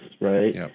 Right